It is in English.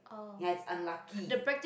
ya is unlucky